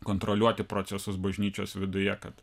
kontroliuoti procesus bažnyčios viduje kad